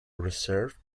reserve